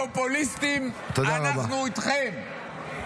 פופוליסטיים אנחנו איתכם -- תודה רבה.